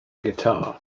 guitar